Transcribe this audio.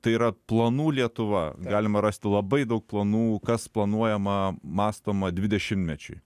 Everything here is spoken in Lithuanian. tai yra planų lietuva galima rasti labai daug planų kas planuojama mąstoma dvidešimtmečiui